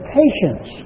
patience